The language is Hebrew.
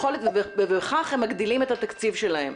ובכך הם מגדילים את התקציב שלהם.